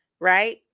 right